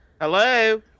Hello